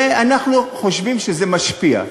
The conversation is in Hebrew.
ואנחנו חושבים שזה משפיע.